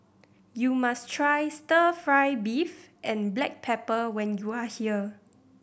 you must try Stir Fry beef and black pepper when you are here